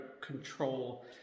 control